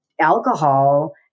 alcohol